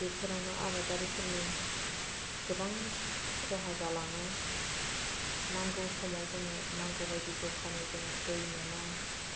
बेफोरावनो आबादारिफोरनि गोबां खहा जालाङो नांगौ समाव जोङो नांगौ बायदि जखानि जोङो दै मोना